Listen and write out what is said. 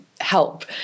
help